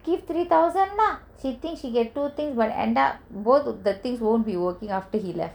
give three thousand lah she thinks she gets two things but end up both the things won't be working after he left